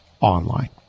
online